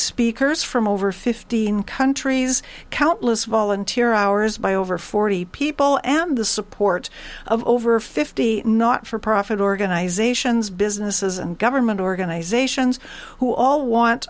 speakers from over fifteen countries countless volunteer hours by over forty people and the support of over fifty not for profit organizations businesses and government organizations who all want